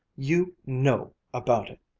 you know' about it.